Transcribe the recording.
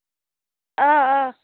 آ آ